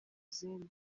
izindi